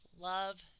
love